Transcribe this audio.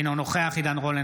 אינו נוכח עידן רול,